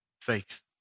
faith